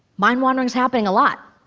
mind-wandering's happening a lot.